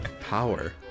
Power